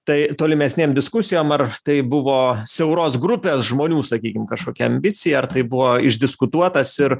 tai tolimesnėm diskusijom ar tai buvo siauros grupės žmonių sakykim kažkokia ambicija ar tai buvo išdiskutuotas ir